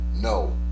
No